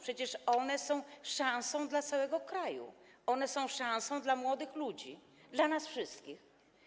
Przecież one są szansą dla całego kraju, one są szansą dla młodych ludzi, dla nas wszystkich.